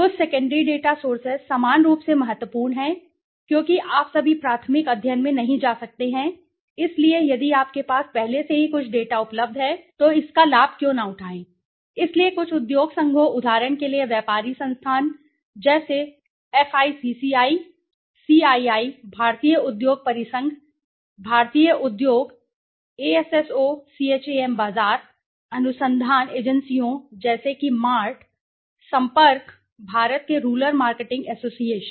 कुछ secondary data sources समान रूप से महत्वपूर्ण हैं क्योंकि आप सभी प्राथमिक अध्ययन में नहीं जा सकते हैं इसलिए यदि आपके पास पहले से ही कुछ डेटा उपलब्ध है तो इसका लाभ क्यों न उठाएं इसलिए कुछ उद्योग संघों उदाहरण के लिए व्यापारी संस्थान जैसे हैं फिक्की CII भारतीय उद्योग परिसंघ भारतीय उद्योग ASSOCHAM बाजार अनुसंधान एजेंसियों जैसे कि MART Sampark भारत के रूरल मार्केटिंग एसोसिएशन